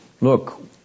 look